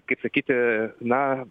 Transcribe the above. kaip sakyti na